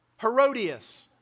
Herodias